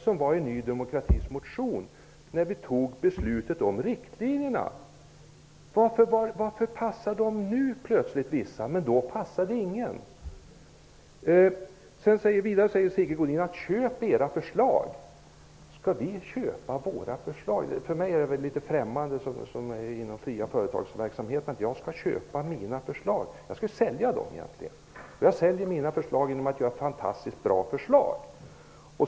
De fanns i Ny demokratis motion när vi fattade beslutet om riktlinjerna. Varför passar vissa förslag nu? Då passade ju inget. Sigge Godin säger vidare att vi skall köpa våra förslag. Skall vi köpa våra förslag? För mig som är inom den fria företagsverksamheten är det litet främmande att jag skall köpa mina förslag. Jag skall ju egentligen sälja dem. Jag säljer mina förslag genom att de är fantastiskt bra.